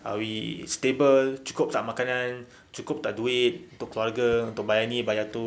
are we stable cukup tak makanan cukup tak duit untuk keluarga bayar ni bayar tu